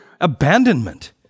abandonment